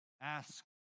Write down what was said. ask